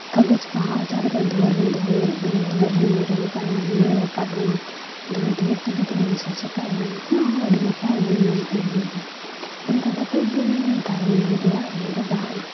ᱠᱟᱜᱚᱡᱽ ᱵᱟᱦᱟ ᱡᱟᱦᱟᱸ ᱞᱮᱠᱟ ᱤᱧ ᱫᱩᱣᱟᱹᱨ ᱨᱤᱧ ᱫᱚᱦᱚ ᱫᱩᱣᱟᱹᱨ ᱨᱤᱧ ᱨᱚᱦᱚᱭ ᱠᱟᱜᱼᱱᱟ ᱱᱟᱹᱲᱤ ᱨᱟᱠᱟᱵ ᱮᱱᱟ ᱫᱩᱣᱟᱹᱨ ᱫᱩᱣᱟᱹᱨ ᱛᱮ ᱡᱩᱫᱤ ᱤᱧᱤᱧ ᱥᱚᱡᱷᱮ ᱠᱟᱜᱼᱱᱟ ᱚᱱᱟ ᱦᱚᱸ ᱟᱹᱰᱤ ᱱᱟᱯᱟᱭ ᱧᱮᱞᱱᱟ ᱦᱟᱹᱨᱭᱟᱹᱲ ᱜᱮ ᱚᱱᱠᱟ ᱠᱟᱛᱮᱫ ᱜᱮ ᱫᱟᱨᱮ ᱱᱟᱹᱲᱤ ᱨᱮᱭᱟᱜ ᱤᱭᱟᱹ ᱫᱚ ᱵᱟᱦᱟᱜᱼᱟ